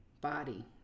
body